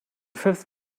fifth